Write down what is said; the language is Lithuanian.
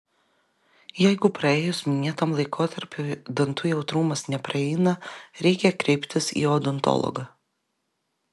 jeigu praėjus minėtam laikotarpiui dantų jautrumas nepraeina reikia kreiptis į odontologą